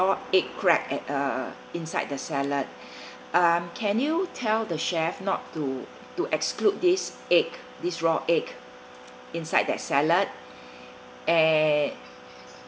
raw egg cracked at uh inside the salad um can you tell the chef not to to exclude this egg this raw egg inside that salad and